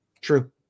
True